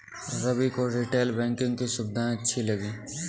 रवि को retail banking की सुविधाएं अच्छी लगी